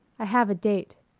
i have a date.